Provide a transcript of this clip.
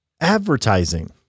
advertising